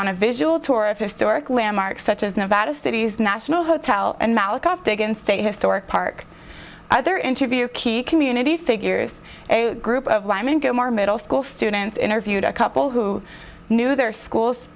on a visual tour of historic landmarks such as nevada city's national hotel and malakhov begins a historic park other interview key community figures a group of lyman gilmore middle school students interviewed a couple who knew their schools